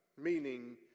meaning